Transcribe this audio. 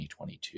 2022